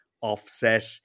offset